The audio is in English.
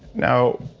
now,